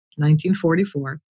1944